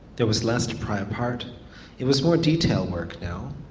there was less to pry apart it was more detailed work now.